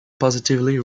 positively